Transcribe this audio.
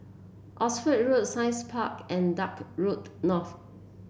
Oxford Road Science Park and Dock Road North